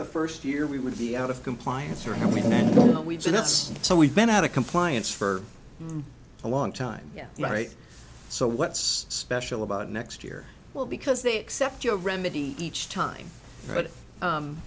the first year we would be out of compliance or have we jeanette's so we've been out of compliance for a long time yeah right so what's special about next year well because they accept your remedy each time